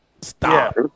Stop